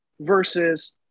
versus